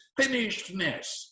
finishedness